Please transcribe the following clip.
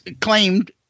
claimed